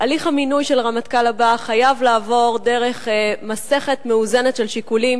הליך המינוי של הרמטכ"ל הבא חייב לעבור דרך מסכת מאוזנת של שיקולים,